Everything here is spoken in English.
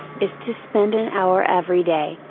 is to spend an hour every day,